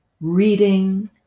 reading